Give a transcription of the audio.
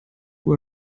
uhr